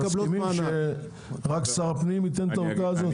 מסכימים שרק שר הפנים ייתן את האורכה הזאת?